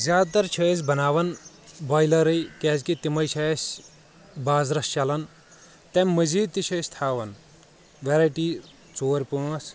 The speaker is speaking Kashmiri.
زیادٕ تر چھِ أسۍ بناوان بۄیلرٕے کیاز کہِ تِمے چھِ أسہِ بازرس چلان تمہِ مزید تہِ چھِ أسۍ تھاوان ویٚرایٹی ژور پانٛژھ